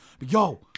Yo